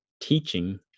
teaching